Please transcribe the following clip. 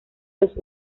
los